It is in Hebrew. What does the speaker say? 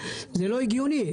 זה לא הגיוני.